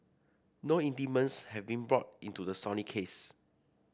no indictments have been brought into the Sony case